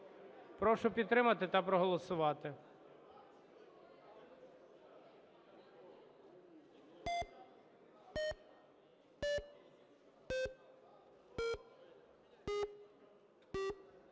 Прошу підтримати та проголосувати.